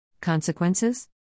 Consequences